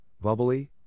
bubbly